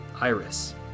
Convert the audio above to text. Iris